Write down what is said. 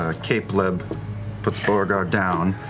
ah capeleb puts beauregard down,